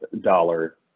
dollar